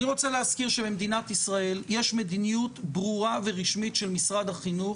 אני רוצה להזכיר שבמדינת ישראל יש מדיניות ברורה ורשמית של משרד החינוך